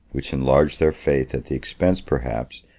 which enlarged their faith at the expense, perhaps,